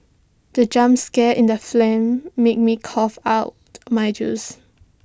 the jump scare in the fling made me cough out my juice